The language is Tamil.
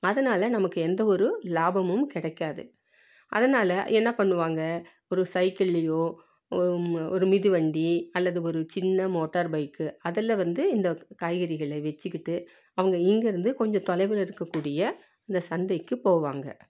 அதனால நமக்கு எந்த ஒரு லாபமும் கிடைக்காது அதனால் என்ன பண்ணுவாங்க ஒரு சைக்கிள்லேயோ ஒரு மிதிவண்டி அல்லது ஒரு சின்ன மோட்டார் பைக்கு அதில் வந்து இந்த காய்கறிகளை வச்சுக்கிட்டு அவங்க இங்கே இருந்து கொஞ்சம் தொலைவில் இருக்கக்கூடிய இந்த சந்தைக்கு போவாங்க